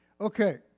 Okay